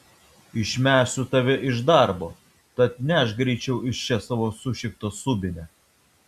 išmesiu tave iš darbo tad nešk greičiau iš čia savo sušiktą subinę